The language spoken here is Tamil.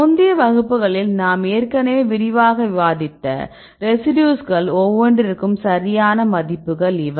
முந்தைய வகுப்புகளில் நாம் ஏற்கனவே விரிவாக விவாதித்த ரெசிடியூஸ்கள் ஒவ்வொன்றிற்கும் சரியான மதிப்புகள் இவை